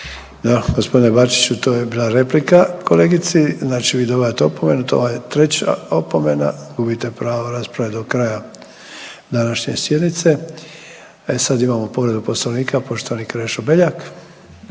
Dobro. G. Bačiću, to je bila replika kolegici, znači vi dobivate opomenu, to vam je treća opomena. Gubite pravo rasprave do kraja današnje sjednice. E sad imamo povredu Poslovnika, poštovani Krešo Beljak.